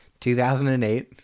2008